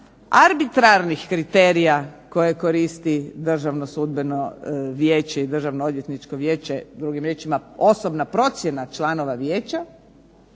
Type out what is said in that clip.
arbitrarnih kriterija koje koristi Državno sudbeno vijeće i Državno-odvjetničko vijeće drugim riječima osobna procjena članova vijeća